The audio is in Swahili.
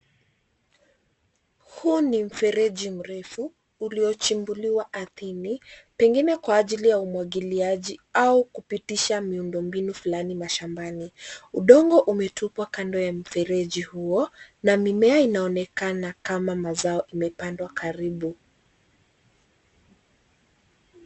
Huu ni mfereji mrefu uliyochimbuliwa ardhini pengine kwa ajili ya umwagiliaji au kupitisha miundombinu fulani mashambani. Udongo umetupwa kando ya mfereji huo na mimea inaonekana kama mazao imepandwa karibu.